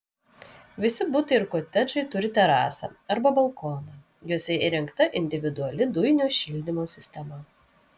visi butai ir kotedžai turi terasą arba balkoną juose įrengta individuali dujinio šildymo sistema